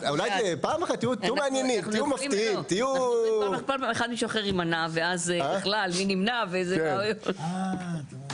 בעד, 2 נגד, 3 נמנעים, 0 הרביזיה לא התקבלה.